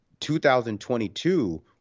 2022